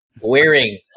wearing